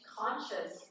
conscious